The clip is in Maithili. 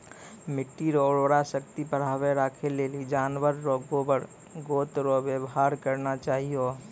मिट्टी रो उर्वरा शक्ति बढ़ाएं राखै लेली जानवर रो गोबर गोत रो वेवहार करना चाहियो